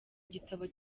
gitabo